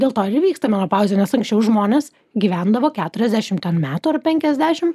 dėl to ir įvyksta menopauzė nes anksčiau žmonės gyvendavo keturiasdešim ten metų ar penkiasdešim